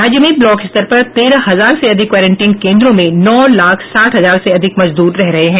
राज्य में ब्लॉक स्तर पर तेरह हजार से अधिक क्वारंटीन केन्द्रों में नौ लाख साठ हजार से अधिक मजदूर रह रहे हैं